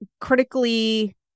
critically